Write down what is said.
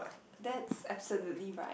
that's absolutely right